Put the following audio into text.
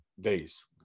days